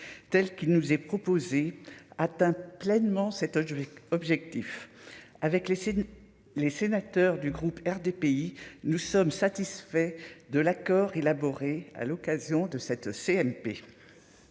telle qui nous est proposé atteint pleinement cette autre objectif avec les les sénateurs du groupe RDPI nous sommes satisfaits de l'accord élaboré à l'occasion de cette CMP